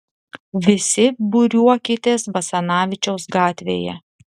visi būriuokitės basanavičiaus gatvėje